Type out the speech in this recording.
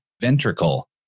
ventricle